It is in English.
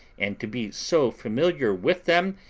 and to be so familiar with them,